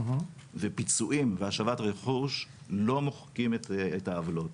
ופיצויים והשבת רכוש לא מוחקים את העוולות.